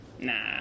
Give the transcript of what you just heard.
Nah